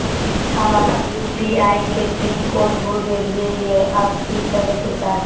हम अपन यू.पी.आई के पिन कोड भूल गेलिये हई, अब की करे के चाही?